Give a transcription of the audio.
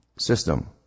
system